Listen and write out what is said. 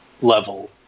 level